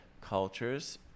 cultures